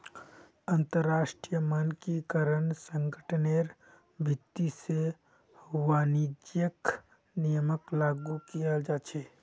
अंतरराष्ट्रीय मानकीकरण संगठनेर भीति से वाणिज्यिक नियमक लागू कियाल जा छे